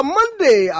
Monday